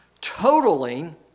totaling